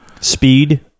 speed